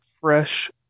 fresh